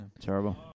Terrible